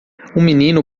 menino